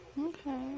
Okay